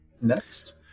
next